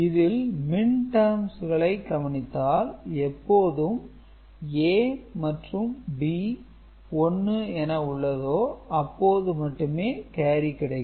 இதில் மின் டெர்ம்ஸ் களை கவனித்தால் எப்போது A மற்றும் B 1 என உள்ளதோ அப்போது மட்டுமே கேரி கிடைக்கும்